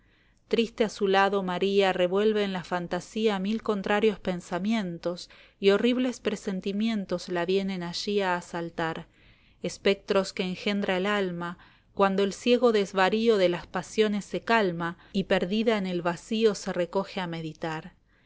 triste a su lado maria kevueive en la íantasia mil contrarios pensamientos y horribles presentimientos la vienen alli a asaltar espectros que engendra el alma cuando el ciego desvario de las pasiones se calma y perdida en el vacío se recoge a meditar